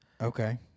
Okay